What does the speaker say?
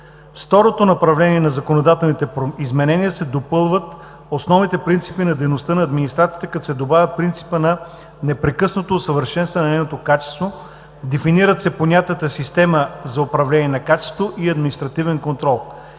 второто направление на законодателните изменения се допълват основните принципи на дейността на администрацията, като се добавя принципът на непрекъснато усъвършенстване на нейното качество, дефинират се понятията „система за управление на качеството“ и „административен контрол“,